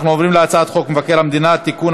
אנחנו עוברים להצעת חוק מבקר המדינה (תיקון,